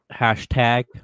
Hashtag